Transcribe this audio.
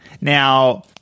Now